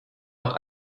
auch